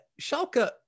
Schalke